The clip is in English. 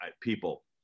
people